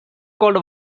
called